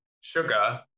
sugar